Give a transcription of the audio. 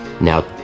now